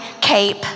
cape